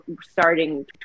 starting